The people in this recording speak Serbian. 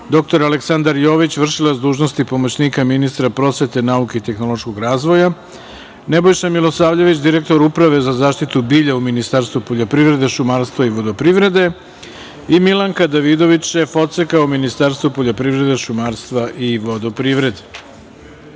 dr Aleksandar Jović, vršilac dužnosti pomoćnika ministra prosvete, nauke i tehnološkog razvoja; Nebojša Milosavljević, direktor Uprave za zaštitu bilja u Ministarstvu poljoprivrede, šumarstva i vodoprivrede i Milanka Davidović, šef Odseka u Ministarstvu poljoprivrede, šumarstva i vodoprivrede. Molim